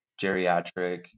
geriatric